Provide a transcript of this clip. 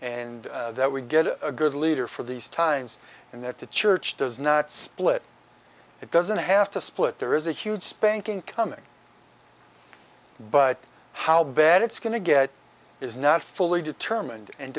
and that we get a good leader for these times and that the church does not split it doesn't have to split there is a huge spanking coming but how bad it's going to get is not fully determined and